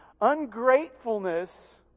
Ungratefulness